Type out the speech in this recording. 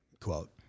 quote